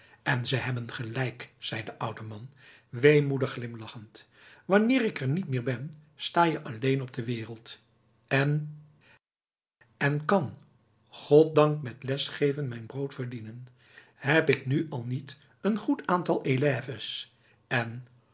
en ze hebben gelijk zei de oude man weemoedig glimlachend wanneer ik er niet meer ben sta je alleen op de wereld en en kan goddank met les geven mijn brood verdienen heb ik nu al niet een goed aantal élèves en